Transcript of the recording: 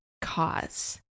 cause